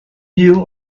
new